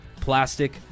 plastic